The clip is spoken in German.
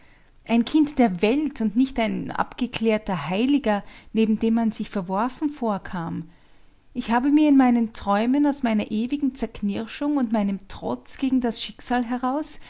ein kind der welt und nicht ein abgeklärter heiliger neben dem man sich verworfen vorkam ich habe mir in meinen träumen aus meiner ewigen zerknirschung und meinem trotz gegen das schicksal heraus